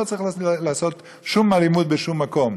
לא צריך לעשות שום אלימות בשום מקום,